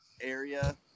area